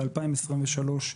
ב-2023,